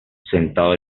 sentado